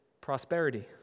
prosperity